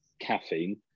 caffeine